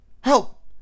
Help